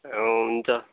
हुन्छ